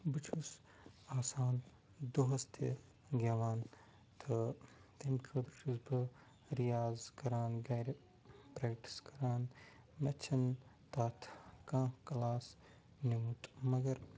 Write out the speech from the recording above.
بہٕ چھُس آسان دۄہس تہِ گٮ۪وان تہٕ تَمہِ خٲطرٕ چھُس بہٕ رِیاز کَران گَرِ پرٛٮ۪کٹِس کَران مےٚ چھِنہٕ تتھ کانٛہہ کٕلاس نِمُت مگر